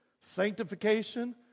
sanctification